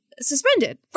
suspended